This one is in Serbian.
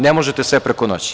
Ne možete sve preko noći.